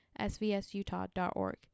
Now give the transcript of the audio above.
svsutah.org